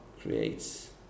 creates